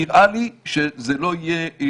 נראה לי שזה לא יעיל.